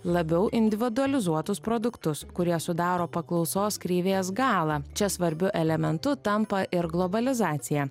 labiau individualizuotus produktus kurie sudaro paklausos kreivės galą čia svarbiu elementu tampa ir globalizacija